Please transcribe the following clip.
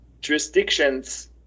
jurisdictions